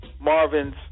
Marvin's